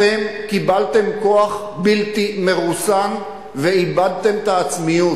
אתם קיבלתם כוח בלתי מרוסן ואיבדתם את העצמיות.